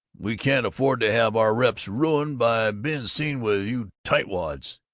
we can't afford to have our reps ruined by being seen with you tightwads!